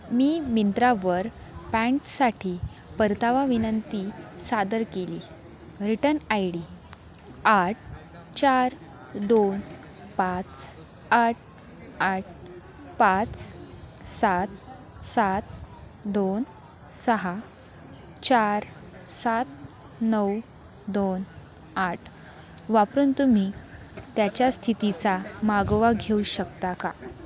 मी मिंत्रावर पँन्टसाठी परतावा विनंती सादर केली रिटर्न आय डी आठ चार दोन पाच आठ आठ पाच सात सात दोन सहा चार सात नऊ दोन आठ वापरून तुम्ही त्याच्या स्थितीचा मागोवा घेऊ शकता का